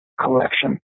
collection